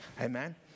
Amen